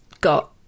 got